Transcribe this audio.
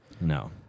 No